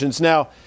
Now